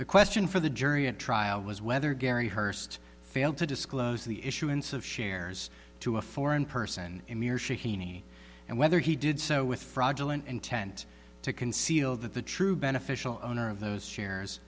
the question for the jury at trial was whether gary hurst failed to disclose the issuance of shares to a foreign person emir shaheen and whether he did so with fraudulent intent to conceal that the true beneficial owner of those shares